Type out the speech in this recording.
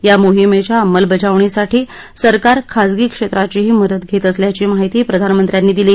या मोहिमेच्या अंमलबजावणीसाठी सरकार खाजगी क्षेत्राचीही मदत घेत असल्याची माहिती प्रधानमंत्र्यांनी दिली